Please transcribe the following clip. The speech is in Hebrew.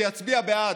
שיצביע בעד.